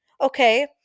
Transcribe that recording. okay